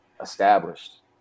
established